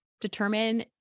Determine